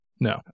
no